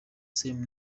same